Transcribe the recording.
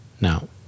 Now